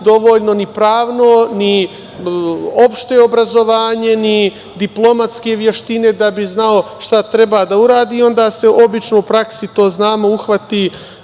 dovoljno ni pravno, ni opšte obrazovanje, ni diplomatske veštine da bi znao šta treba da uradi i onda se obično u praksi to uhvati